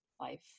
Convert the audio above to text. life